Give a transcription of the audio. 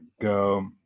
go –